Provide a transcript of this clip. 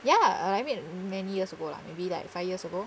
ya I mean many years ago lah maybe like five years ago